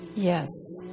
Yes